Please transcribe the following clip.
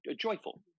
joyful